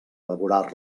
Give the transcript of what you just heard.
devorar